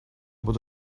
bod